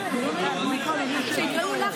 אומרת, שיקראו לי,